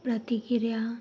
ਪ੍ਰਤੀਕਿਰਿਆ